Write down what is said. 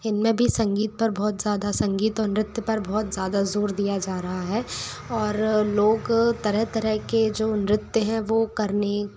इन में भी संगीत पर बहुत ज़्यादा संगीत और नृत्य पर बहुत ज़्यादा जोर दिया जा रहा है और लोग तरह तरह के जो नृत्य हैं वो करने